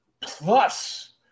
plus